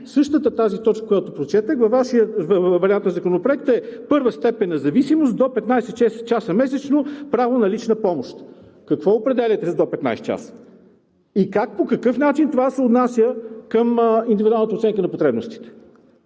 Същата тази точка, която прочетох, във Вашия вариант на Законопроект е: „Първа степен на зависимост – до 15 часа месечно право на лична помощ“. Какво определяте с това „до 15 часа“ и как, по какъв начин това се отнася към индивидуалната оценка на потребностите?